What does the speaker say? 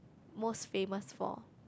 most famous for